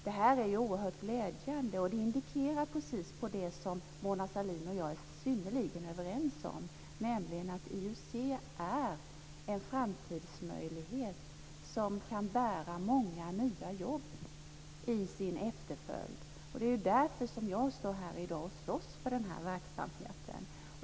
Det här är oerhört glädjande och indikerar precis det som Mona Sahlin och jag är synnerligen överens om, nämligen att IUC är en framtidsmöjlighet som kan skapa många nya jobb i sin efterföljd. Det är därför som jag står här i dag och slåss för denna verksamhet.